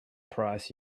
price